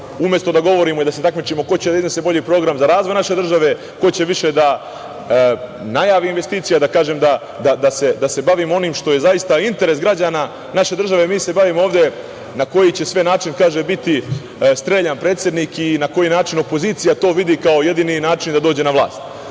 Umesto da govorimo i da se takmičimo ko će da iznese bolji program za razvoj naše države, ko će više da najavi investicija, da se bavimo onim što je zaista interes građana naše države, mi se bavimo ovde na koji će sve način biti streljan predsednik i na koji način opozicija to vidi kao jedini način da dođe na vlast. Moramo